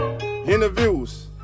interviews